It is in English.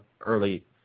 early